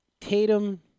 Tatum